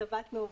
התלבטנו קשות.